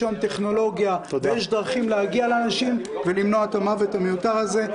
ויש היום טכנולוגיה ויש דרכים להגיע לאנשים ולמנוע את המוות המיותר הזה.